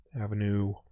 Avenue